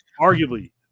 arguably